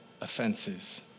offenses